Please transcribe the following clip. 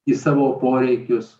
į savo poreikius